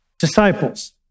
disciples